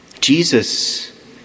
Jesus